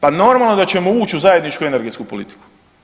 Pa normalno da ćemo ući u zajedničku energetsku politiku.